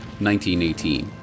1918